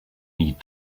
need